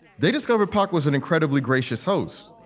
they discovered pork was an incredibly gracious host